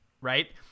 right